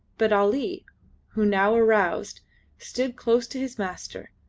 but ali who now aroused stood close to his master,